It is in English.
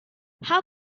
how